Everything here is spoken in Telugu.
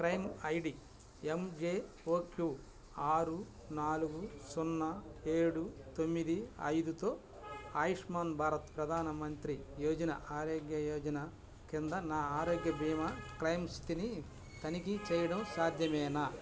claim I D M J O Q ఆరు నాలుగు సున్నా ఏడు తొమ్మిది ఐదుతో ఆయుష్మాన్ భారత్ ప్రధాన మంత్రి ఆరోగ్య యోజన కింద నా ఆరోగ్య బీమా క్లెయిమ్ స్థితిని తనిఖీ చేయడం సాధ్యమేనా